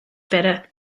better